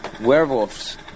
werewolves